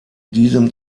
diesem